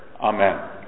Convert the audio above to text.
Amen